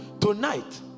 tonight